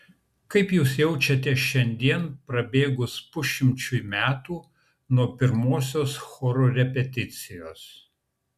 kaip jūs jaučiatės šiandien prabėgus pusšimčiui metų nuo pirmosios choro repeticijos